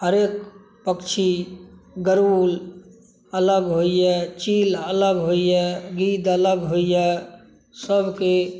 हरेक पक्षी गरुड़ अलग होइए चील अलग होइए गिद्ध अलग होइए सबके